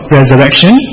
Resurrection